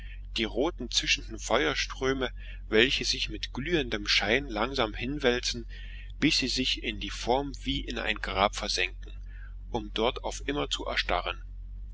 die roten zischenden feuerströme welche sich mit glühendem schein langsam hinwälzen bis sie sich in die form wie ein grab versenken um dort auf immer zu erstarren